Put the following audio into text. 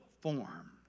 form